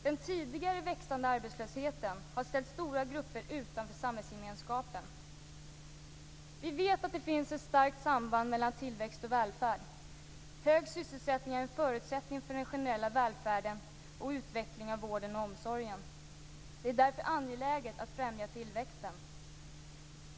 Den tidigare växande arbetslösheten har ställt stora grupper utanför samhällsgemenskapen. Vi vet att det finns ett starkt samband mellan tillväxt och välfärd. Hög sysselsättning är en förutsättning för den generella välfärden och utvecklingen av vården och omsorgen. Det är därför angeläget att främja tillväxten.